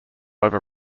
over